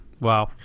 Wow